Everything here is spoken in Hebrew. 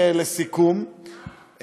לסיכום,